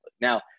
Now